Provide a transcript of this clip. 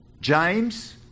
James